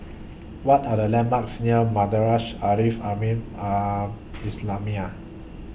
What Are The landmarks near Madrasah Al Leaf Al Mean Al Islamiah